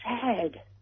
sad